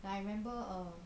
like I remember err